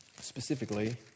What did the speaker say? specifically